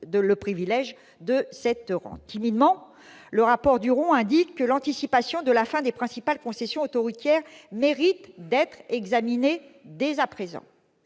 actionnaires des autoroutes ? Timidement, le rapport Duron indique que l'anticipation de la fin des principales concessions autoroutières mérite d'être examinée dès à présent